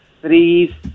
three